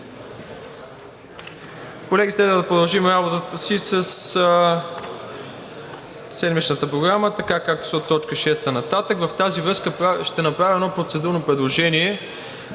Колеги, следва да продължим работата си със седмичната програма, така както са от т. 6 нататък. В тази връзка ще направя процедурно предложение